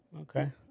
Okay